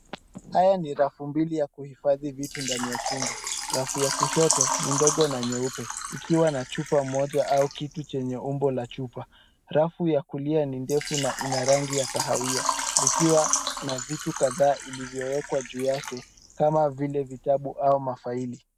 Haya ni rafu mbili ya kuhifadhi vitu ndani ya chumba . Rafu ya kushoto ni ndogo na nyeupe ikiwa na chupa moja au kitu chenye umbo la chupa. Rafu ya kulia ni ndefu na ina rangi ya kahawia likiwa na vitu kadhaa ilivyowekwa juu yake kama vile vitabu au mafaili.